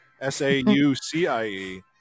S-A-U-C-I-E